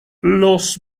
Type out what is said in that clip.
los